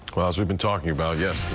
well as we've been talking about yes.